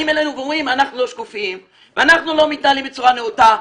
באים אלינו ואומרים שאנחנו לא שקופים ושאנחנו לא מתנהלים בצורה נאותה.